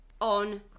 on